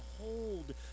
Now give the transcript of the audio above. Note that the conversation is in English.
hold